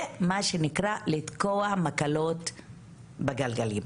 זה מה שנקרא לתקוע מקלות בגלגלים.